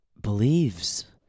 believes